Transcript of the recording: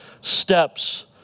steps